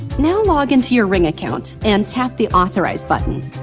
now, log into your ring account and tap the authorize button.